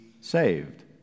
saved